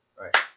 Right